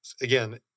again